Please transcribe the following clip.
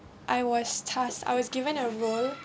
I was task I was given a role